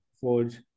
Forge